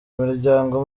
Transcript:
imiryango